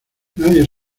nadie